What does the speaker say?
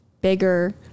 bigger